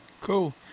Cool